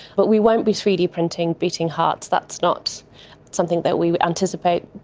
but we won't be three d printing beating hearts, that's not something that we anticipate,